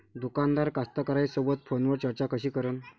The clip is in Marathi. दुकानदार कास्तकाराइसोबत फोनवर चर्चा कशी करन?